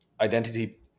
identity